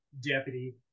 deputy